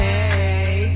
Hey